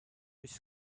it’s